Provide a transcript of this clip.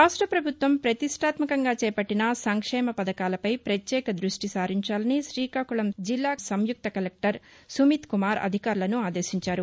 రాష్ట ప్రభుత్వం ప్రతిష్టాత్మకంగా చేపట్టిన సంక్షేమ పథకాలపై ప్రత్యేక దృష్టి సారించాలని శీకాకుళం సంయుక్త కలెక్టర్ సుమిత్ కుమార్ అధికారులను ఆదేశించారు